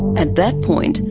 at that point,